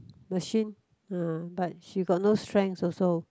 machine uh but she got no strengths also